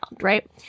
right